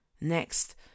Next